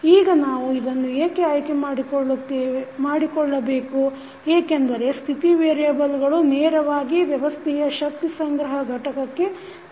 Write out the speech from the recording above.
ಈಗ ನಾವು ಇದನ್ನು ಏಕೆ ಆಯ್ಕೆ ಮಾಡಿಕೊಳ್ಳಬೇಕು ಏಕೆಂದರೆ ಸ್ಥಿತಿ ವೇರಿಯೆಬಲ್ಗಳು ನೇರವಾಗಿ ವ್ಯವಸ್ಥೆಯ ಶಕ್ತಿ ಸಂಗ್ರಹ ಘಟಕಕ್ಕೆ ಸಂಬಂಧಪಡುತ್ತವೆ